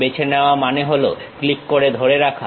বেছে নেওয়া মানে হল ক্লিক করে ধরে থাকা